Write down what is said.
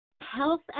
Health